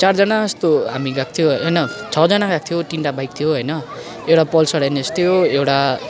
चारजना जस्तो हामी गएको थियो होइन छजना गएको थियो तिनटा बाइक थियो होइन एउटा पल्सर एनएस थियो एउटा